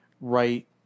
right